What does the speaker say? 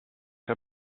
her